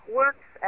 works